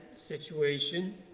situation